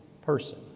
person